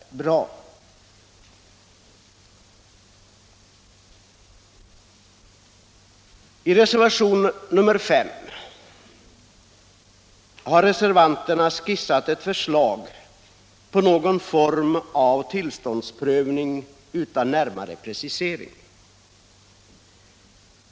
Torsdagen den I reservationen 5 har reservanterna utan närmare precisering skissat ett — 16 december 1976 förslag till någon form av tillståndsprövning.